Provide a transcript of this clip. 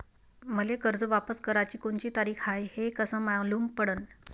मले कर्ज वापस कराची कोनची तारीख हाय हे कस मालूम पडनं?